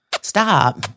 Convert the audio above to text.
Stop